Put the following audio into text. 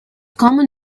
common